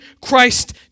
Christ